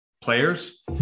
players